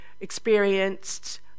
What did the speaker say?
experienced